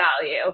value